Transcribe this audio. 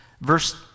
verse